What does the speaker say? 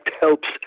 helps